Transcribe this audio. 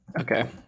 okay